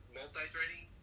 Multi-threading